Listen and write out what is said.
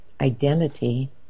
identity